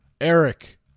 Eric